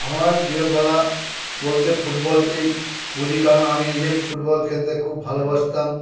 আমার প্রিয় খেলা বলতে ফুটবলকেই বুঝি কারণ আমি নিজে ফুটবল খেলতে খুব ভালোবাসতাম